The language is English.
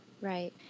Right